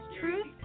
Truth